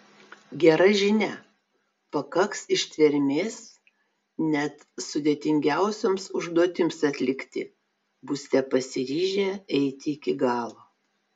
gera žinia pakaks ištvermės net sudėtingiausioms užduotims atlikti būsite pasiryžę eiti iki galo